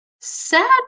sad